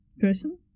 person